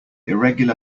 irregular